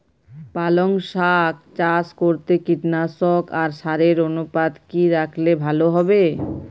পালং শাক চাষ করতে কীটনাশক আর সারের অনুপাত কি রাখলে ভালো হবে?